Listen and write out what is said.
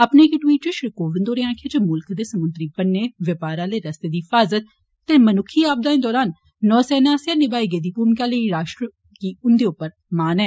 अपने इक ट्वीट च श्री कोविन्द होरे आक्खेआ जे मुल्ख दे समुन्द्री बन्ने बपार आले रस्ते दी हिफाजत ते मनुक्खी आपदाएं दौरान नौसेना आस्सेआ निर्माई गेदी भूमिका लेई राश्ट्र गी उन्दे उप्पर मान ऐ